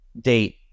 date